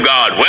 God